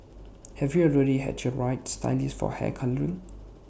have you already had your right stylist for hair colouring